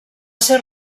ser